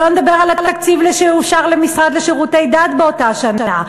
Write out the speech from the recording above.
שלא נדבר על התקציב שאושר למשרד לשירותי דת באותה שנה.